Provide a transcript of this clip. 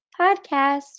podcast